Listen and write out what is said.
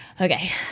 okay